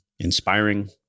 inspiring